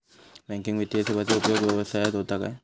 Banking वित्तीय सेवाचो उपयोग व्यवसायात होता काय?